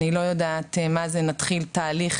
אני לא יודעת מה זה נתחיל תהליך